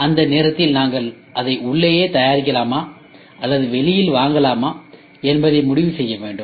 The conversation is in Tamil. அந்த நேரத்தில் நாங்கள் அதை உள்ளேயே தயாரிக்கலாமா அல்லது வெளியில் வாங்கலாமாஎன்பதை முடிவு செய்ய வேண்டும்